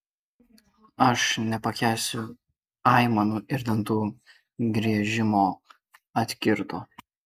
aš nepakęsiu aimanų ir dantų griežimo atkirto